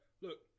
Look